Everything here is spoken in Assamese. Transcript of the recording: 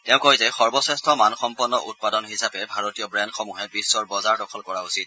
তেওঁ কয় যে সৰ্বশ্ৰেষ্ঠ মানসম্পন্ন উৎপাদন হিচাপে ভাৰতীয় ব্ৰেণ্ডসমূহে বিশ্বৰ বজাৰ দখল কৰা উচতি